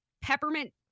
peppermint